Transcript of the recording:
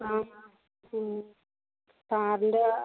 ആ ഉം സാറിൻ്റെ